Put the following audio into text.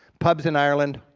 pubs in ireland,